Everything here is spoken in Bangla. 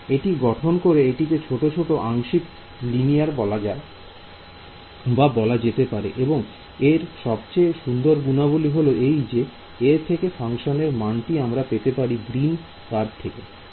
এটি গঠন করে এটিকে ছোট ছোট আংশিক লিনিয়ার বলা যেতে পারে এবং এর সবচেয়ে সুন্দর গুণাবলী হল এই যে এর থেকে ফাংশনের মানটি আমরা পেতে পারি গ্রীন কারভ থেকে